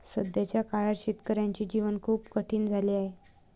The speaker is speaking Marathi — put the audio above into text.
सध्याच्या काळात शेतकऱ्याचे जीवन खूप कठीण झाले आहे